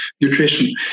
nutrition